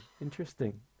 Interesting